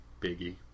Biggie